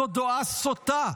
זו דעה סוטה.